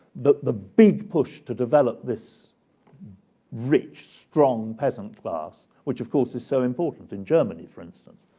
the the big push to develop this rich, strong peasant class, which, of course, is so important in germany, for instance,